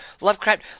Lovecraft